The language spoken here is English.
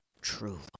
true